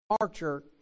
Archer